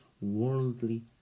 worldly